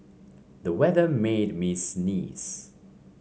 the weather made me sneeze